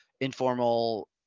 informal